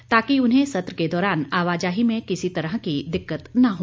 ताकि उन्हें सत्र के दौरान आवाजाही में किसी तरह की दिक्कत न हो